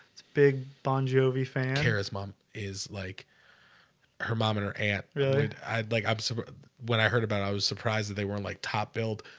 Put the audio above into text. big bongiovi fan here his mom is like her mom and her aunt really like i'm so when i heard about i was surprised that they weren't like top-billed.